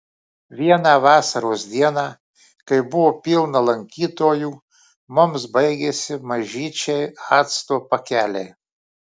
vieną vasaros dieną kai buvo pilna lankytojų mums baigėsi mažyčiai acto pakeliai